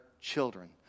Children